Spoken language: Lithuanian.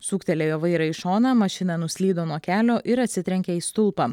suktelėjo vairą į šoną mašina nuslydo nuo kelio ir atsitrenkė į stulpą